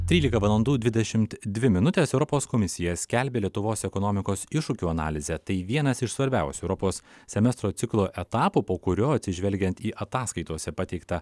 trylika valandų dvidešimt dvi minutės europos komisija skelbia lietuvos ekonomikos iššūkių analizę tai vienas iš svarbiausių europos semestro ciklo etapų po kurio atsižvelgiant į ataskaitose pateiktą